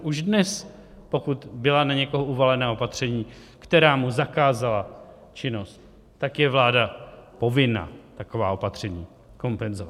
Už dnes, pokud byla na někoho uvalena opatření, která mu zakázala činnost, tak je vláda povinna taková opatření kompenzovat.